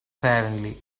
silently